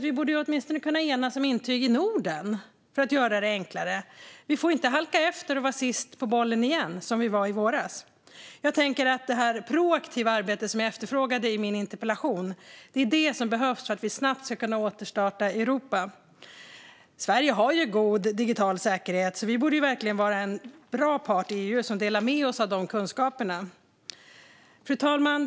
Vi borde åtminstone kunna enas om ett intyg i Norden, fru talman, för att göra det enklare. Vi får inte halka efter och vara sist på bollen igen, som vi var i våras. Jag tänker på det proaktiva arbete som jag efterfrågade i min interpellation. Det är detta som behövs för att vi snabbt ska kunna återstarta Europa. Sverige har god digital säkerhet, så vi borde verkligen vara en bra part i EU som delar med oss av dessa kunskaper. Fru talman!